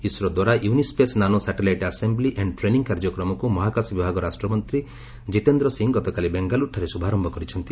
ISRO ଦ୍ୱାରା UNISPACE nano satellite assembly and training କାର୍ଯ୍ୟକ୍ରମକୁ ମହାକାଶ ବିଭାଗ ରାଷ୍ଟ୍ରମନ୍ତ୍ରୀ ଜିତେନ୍ଦ୍ର ସିଂହ ଗତକାଲି ବେଙ୍ଗାଲୁରୁଠାରେ ଶୁଭାରମ୍ଭ କରିଛନ୍ତି